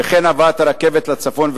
וכן הבאת הרכבת לצפון,